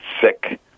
sick